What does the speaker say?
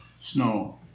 snow